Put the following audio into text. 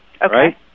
right